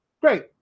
great